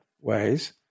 ways